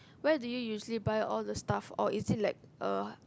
where do you usually buy all the stuff or is it like a